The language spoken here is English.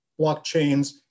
blockchains